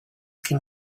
can